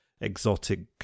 exotic